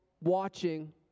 watching